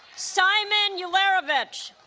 simon you know uljarevic